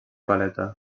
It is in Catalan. paleta